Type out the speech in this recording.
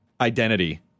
identity